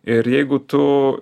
ir jeigu tu